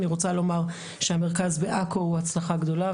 אני רוצה לומר שהמרכז בעכו הוא הצלחה גדולה,